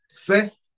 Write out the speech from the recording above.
First